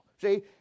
see